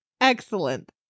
Excellent